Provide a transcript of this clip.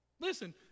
Listen